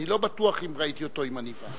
אני לא בטוח אם ראיתי אותו עם עניבה.